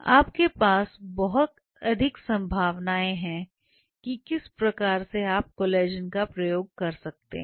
आपके पास बहुत अधिक संभावनाएं हैं कि किस प्रकार से आप कोलेजन का प्रयोग कर सकते हैं